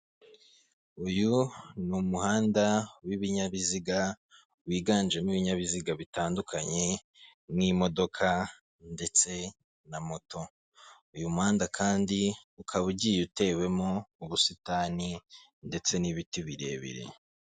Uyu ni umuhanda w'ibinyabiziga wiganjemo ibinyabiziga bitandukanye n'imodoka ndetse na moto, uyu muhanda kandi ukaba ugiye utewemo ubusitani ndetse n'ibiti birebire.